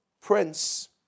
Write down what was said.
prince